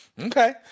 Okay